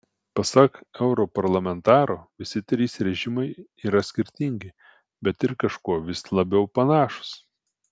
pasak europarlamentaro visi trys režimai yra skirtingi bet ir kažkuo vis labiau panašūs